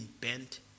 bent